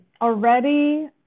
Already